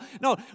No